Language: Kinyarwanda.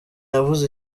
yavuze